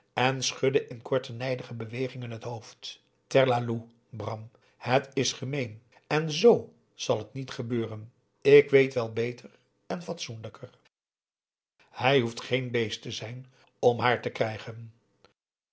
en schudde in korte nijdige bewegingen het hoofd terlaloe bram het is gemeen en z zal het niet gebeuren ik weet wel beter en fatsoenlijker aum ij hoeft geen beest te zijn om haar te krijgen